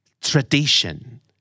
tradition